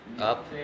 up